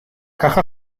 caja